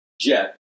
jet